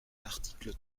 l’article